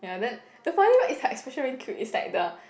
ya then the funny part is her expression very cute is like the